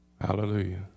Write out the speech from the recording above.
Hallelujah